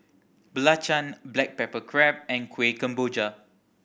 belacan black pepper crab and Kueh Kemboja